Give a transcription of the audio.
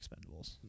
Expendables